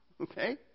Okay